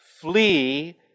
flee